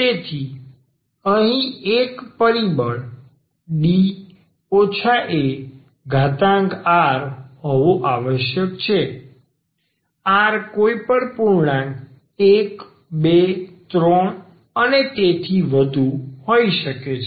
તેથી અહીં એક પરિબળ D ar હોવો આવશ્યક છે r કોઈપણ પૂર્ણાંક 1 2 3 અને તેથી વધુ હોઈ શકે છે